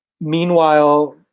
Meanwhile